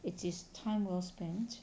it is time well spent